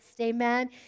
amen